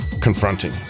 confronting